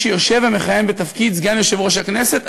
שיושב ומכהן בתפקיד סגן יושב-ראש הכנסת,